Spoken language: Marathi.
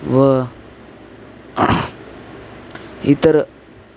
व इतर